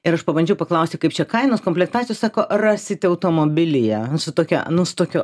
ir aš pabandžiau paklausti kaip čia kainos komplektacijos sako rasit automobilyje su tokia nu su tokiu